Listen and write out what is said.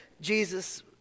Jesus